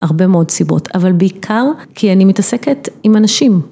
הרבה מאוד סיבות, אבל בעיקר כי אני מתעסקת עם אנשים.